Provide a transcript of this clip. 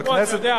אתה יודע,